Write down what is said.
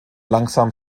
langsam